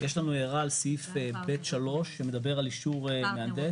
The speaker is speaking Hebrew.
יש לנו הערה על סעיף ב3 שמדבר על אישור מהנדס